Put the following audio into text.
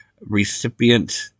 recipient